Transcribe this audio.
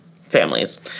families